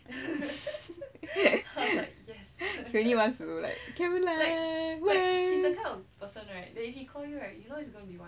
really want to like can you like me please